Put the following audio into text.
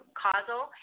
causal